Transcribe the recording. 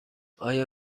آیا